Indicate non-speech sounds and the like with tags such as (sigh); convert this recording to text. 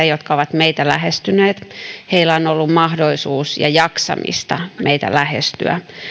(unintelligible) jotka ovat meitä lähestyneet on ollut mahdollisuus ja jaksamista meitä lähestyä